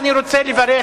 אני רוצה לברך,